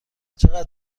چقدر